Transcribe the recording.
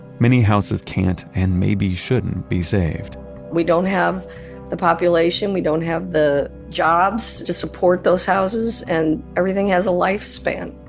many houses can't and maybe shouldn't be saved we don't have the population, we don't have the jobs to support those houses. and everything has a lifespan